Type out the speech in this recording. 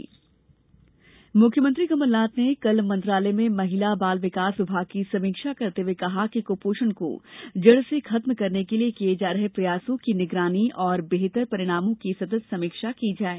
CM समीक्षा मुख्यमंत्री कमल नाथ ने कल मंत्रालय में महिला बाल विकास विभाग की समीक्षा करते हुए कहा है कि क्पोषण को जड़ से खत्म करने के लिए किये जा रहे प्रयासों की निगरानी और बेहतर परिणामों की सतत समीक्षा की जाये